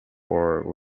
for